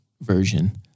version